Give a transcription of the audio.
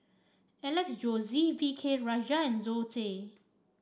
Alex Josey V K Rajah and Zoe Tay